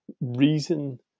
reason